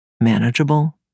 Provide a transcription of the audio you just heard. manageable